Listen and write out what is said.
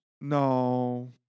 No